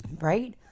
Right